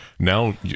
Now